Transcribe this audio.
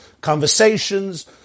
Conversations